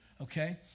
okay